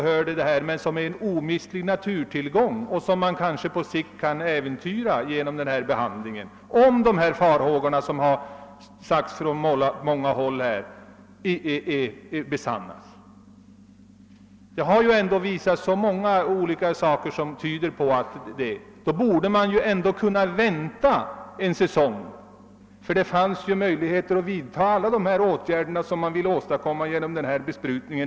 Men viltet, som är en omistlig naturtillgång, kan inte göra sig hört. Dess existens äventyras om de farhågor som framförts från så många håll besannas. Mycket tyder på att farhågorna är berättigade, och därför bor: de man kunna vänta en säsong. Redan innan det här medlet kom i bruk fanns det ju möjligheter att vidta alla de åtgärder som man nu åstadkommer genom besprutningen.